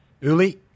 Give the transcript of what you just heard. Uli